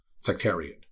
sectarian